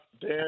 Dan